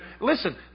listen